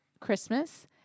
christmas